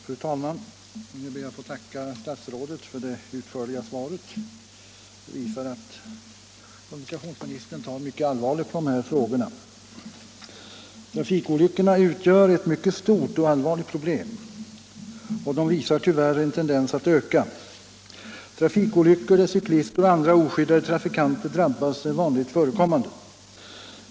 Fru talman! Jag ber att få tacka för det utförliga svaret på min fråga. Det visar att kommunikationsministern tar mycket allvarligt på dessa frågor. Trafikolyckorna utgör ett mycket stort och allvarligt problem, och de visar tyvärr en tendens att öka. Trafikolyckor där cyklister och andra oskyddade trafikanter drabbas är vanligen förekommande.